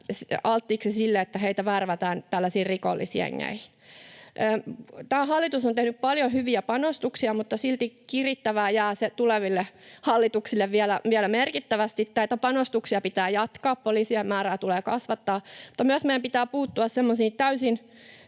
alttiiksi sille, että heitä värvätään tällaisiin rikollisjengeihin. Tämä hallitus on tehnyt paljon hyviä panostuksia, mutta silti kirittävää jää tuleville hallituksille vielä merkittävästi. Näitä panostuksia pitää jatkaa, esimerkiksi poliisien määrää tulee kasvattaa, mutta meidän pitää myös puuttua